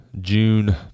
June